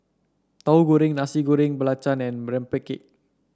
Tauhu Goreng Nasi Goreng Belacan and Rempeyek